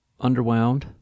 underwound